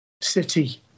city